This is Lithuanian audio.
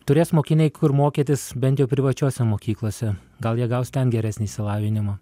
turės mokiniai kur mokytis bent jau privačiose mokyklose gal jie gaus ten geresnį išsilavinimą